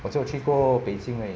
我只有去过北京而已